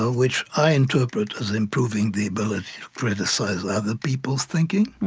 ah which i interpret as improving the ability to criticize other people's thinking.